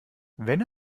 wenn